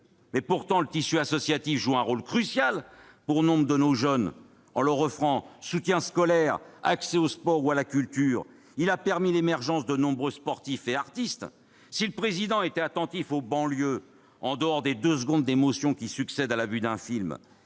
! Pourtant, le tissu associatif joue un rôle crucial pour nombre de nos jeunes, en leur offrant soutien scolaire, accès au sport ou à la culture. Il a permis l'émergence de nombreux sportifs et artistes. Si le Président était attentif aux banlieues, au-delà des deux secondes d'émotion suscitées par le visionnage d'un film,